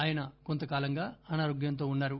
ఆయన కొంతకాలంగా అనారోగ్యంతో ఉన్నారు